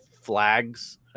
flags